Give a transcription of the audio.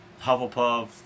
Hufflepuff